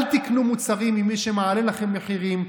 אל תקנו מוצרים ממי שמעלה לכם מחירים.